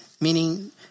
meaning